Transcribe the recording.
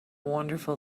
wonderful